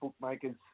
bookmakers